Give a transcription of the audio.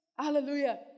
Hallelujah